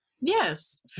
yes